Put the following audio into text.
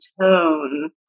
tone